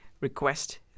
request